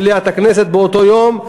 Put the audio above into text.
מליאת הכנסת באותו יום,